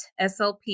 SLP